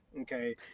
okay